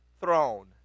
throne